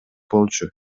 болчу